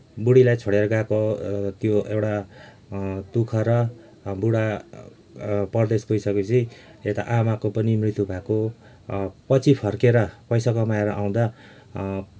बुढीलाई छोडे्र गएको त्यो एउटा दुःख र बुढा परदेश पुगीसकेपछि यता आमाको पनि मृत्यु भएको पछि फर्केर पैसा कमाएर आउँदा